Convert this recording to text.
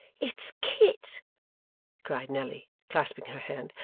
it's kit cried nelly, clasping her hand,